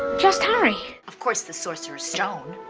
just harry. of course the sorcerer's stone.